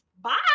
bye